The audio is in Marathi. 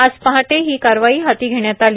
आज पहाटे ही कारवाई हाती घेण्यात आली